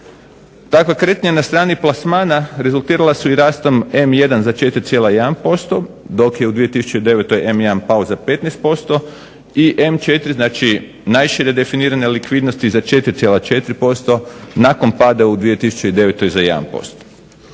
Takva kretanja na strani plasmana rezultirala su i rastom M1 za 4,1% dok je u 2009. M1 pao za 15% i M4 znači najšire definirane likvidnosti za 4,4% nakon pada u 2009. za 1%.